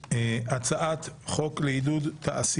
הוועדה פה אחד ההצעה להעביר את הצעת